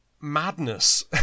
madness